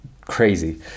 crazy